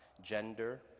gender